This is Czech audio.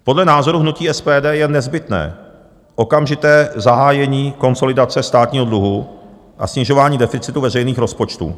Podle názoru hnutí SPD je nezbytné okamžité zahájení konsolidace státního dluhu a snižování deficitu veřejných rozpočtů.